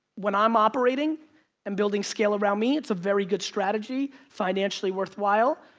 when i'm operating and building scale around me, it's a very good strategy, financially worthwhile,